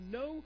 no